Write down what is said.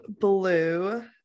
blue